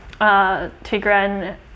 Tigran